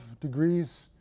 degrees